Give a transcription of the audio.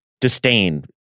disdain